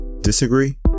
Disagree